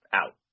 out